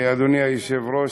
אדוני היושב-ראש,